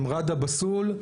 ראדה בסול,